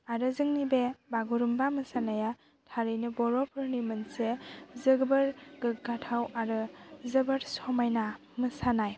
आरो जोंनि बे बागुरुमबा मोसानाया थारैनो बर'फोरनि मोनसे जोबोर गोग्गाथाव आरो जोबोर समायना मोसानाय